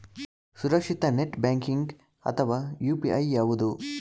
ಸುರಕ್ಷಿತ net banking ಅಥವಾ UPI ಯಾವುದು?